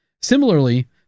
Similarly